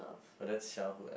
but that's childhood